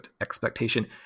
expectation